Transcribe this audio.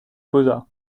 posa